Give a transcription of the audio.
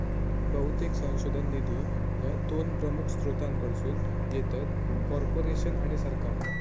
बहुतेक संशोधन निधी ह्या दोन प्रमुख स्त्रोतांकडसून येतत, कॉर्पोरेशन आणि सरकार